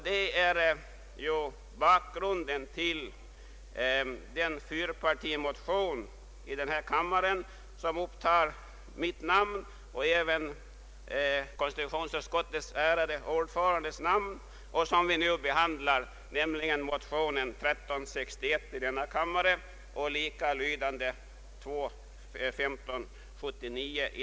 Det är bakgrunden till de likalydande fyrpartimotioner som upptar mitt och konstitutionsutskottets ärade ordförandes namn och som vi nu behandlar, nämligen motionsparet I:1361 och II: 1579.